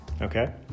okay